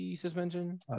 suspension